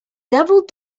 devil